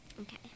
Okay